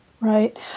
Right